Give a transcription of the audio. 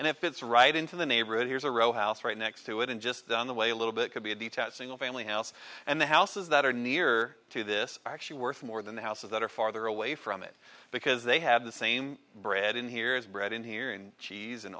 and it fits right into the neighborhood here's a row house right next to it and just down the way a little bit could be a detached single family house and the houses that are near to this are actually worth more than the houses that are farther away from it because they have the same bread in here as bread in here and cheese and